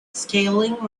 scaling